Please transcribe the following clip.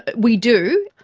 but we do.